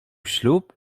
ślub